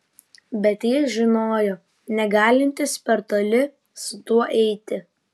bet jis žinojo negalintis per toli su tuo eiti